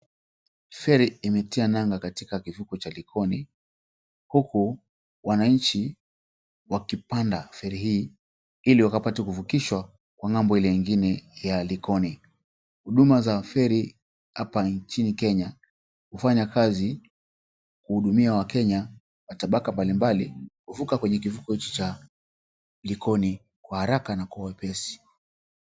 Feri imetia nanga katika kivukwe cha Likoni huku wananchi wakipanda feri hii ili wakapate kuvukishwa kwa ng'ambo ile ingine ya Likoni. Huduma za feri hapa nchini Kenya hufanya kazi kuhudumia wakenya wa tabaka mbalimbali kuvuka kwenye kivukwe cha Likoni kwa haraka na kwa wepesi.